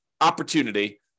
opportunity